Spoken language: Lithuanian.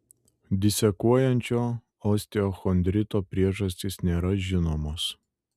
disekuojančio osteochondrito priežastys nėra žinomos